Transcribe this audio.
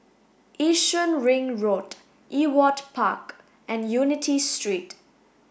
Yishun Ring Road Ewart Park and Unity Street